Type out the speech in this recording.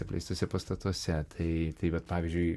apleistuose pastatuose tai tai vat pavyzdžiui